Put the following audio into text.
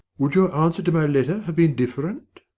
would your answer to my letter have been different?